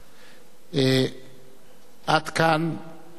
עד כאן הישיבה.